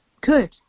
good